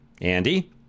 Andy